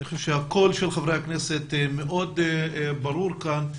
אני חושב שהקול של חברי הכנסת מאוד ברור כאן,